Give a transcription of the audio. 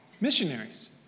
missionaries